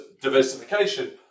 diversification